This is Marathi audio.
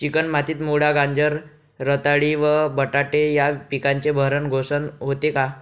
चिकण मातीत मुळा, गाजर, रताळी व बटाटे या पिकांचे भरण पोषण होते का?